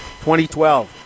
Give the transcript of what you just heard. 2012